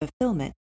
fulfillment